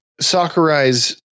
Sakurai's